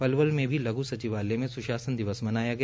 पलवल में भी लघ् सचिवालय में सुशासन दिवस मनाया गया